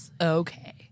Okay